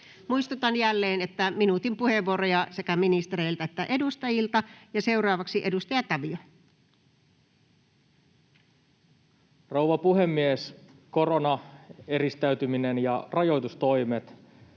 Muistutan jälleen minuutin puheenvuoroista sekä ministereiltä että edustajilta. — Seuraavaksi edustaja Tavio. Rouva puhemies! Koronaeristäytyminen ja rajoitustoimet